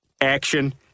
Action